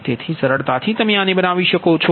તેથી સરળતાથી તમે આને બનાવી શકો છો